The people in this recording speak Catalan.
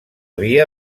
via